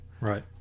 Right